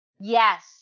Yes